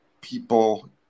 people